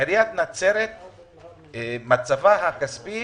מצבה הכספי